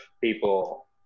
people